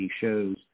shows